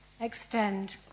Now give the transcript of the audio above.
extend